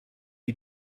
you